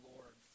Lord